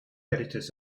editors